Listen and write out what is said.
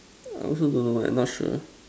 I also don't know mine not sure